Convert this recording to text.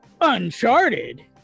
uncharted